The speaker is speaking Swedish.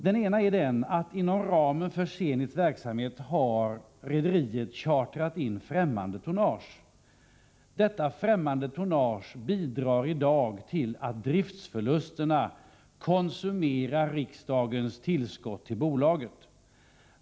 Den ena är att inom ramen för Zenits verksamhet har rederiet chartrat in främmande tonnage. Detta främmande tonnage bidrar i dag till att driftförlusterna konsumerar riksdagens tillskott till bolaget.